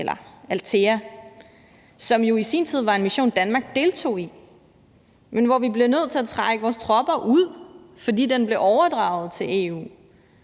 jo i sin tid var en mission, som Danmark deltog i, men hvor vi blev nødt til at trække vores tropper ud, fordi den blev overdraget til EU,